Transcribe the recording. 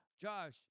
Josh